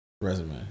resume